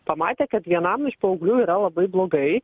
pamatę kad vienam iš paauglių yra labai blogai